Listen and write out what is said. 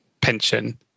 pension